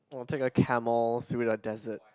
oh take a camel through the desert